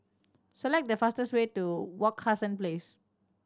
select the fastest way to Wak Hassan Place